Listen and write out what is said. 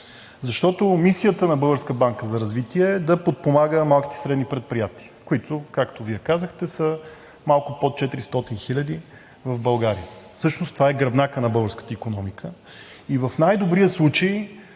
на Българската банка за развитие е да подпомага малките и средни предприятия, които, както Вие казахте, са малко под 400 000 в България. Всъщност това е гръбнакът на българската икономика. В най-добрия случай